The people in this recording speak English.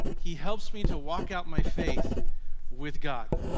he helps me to walk out my faith with god.